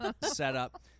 setup